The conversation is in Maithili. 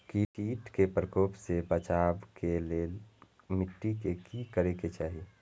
किट के प्रकोप से बचाव के लेल मिटी के कि करे के चाही?